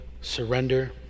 surrender